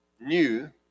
new